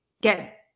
get